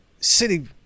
city